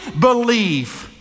believe